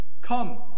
Come